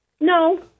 No